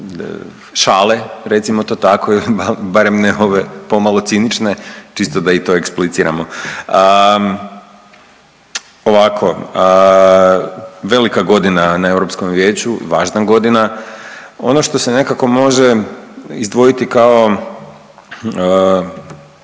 šale recimo to tako, barem ne ove pomalo cinične. Čisto da i to ekspliciramo. Ovako, velika godina na Europskom vijeću, važna godina. Ono što se nekako može izdvojiti kao